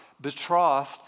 betrothed